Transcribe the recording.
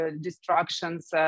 destructions